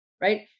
right